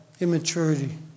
immaturity